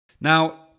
now